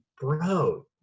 bro